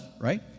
right